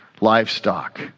livestock